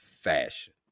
fashion